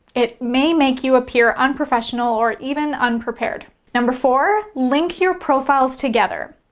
it may make you appear unprofessional or even unprepared. number four link your profiles together.